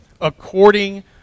according